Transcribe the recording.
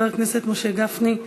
חבר הכנסת משה גפני,